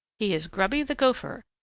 he is grubby the gopher,